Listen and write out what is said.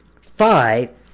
five